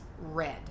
Red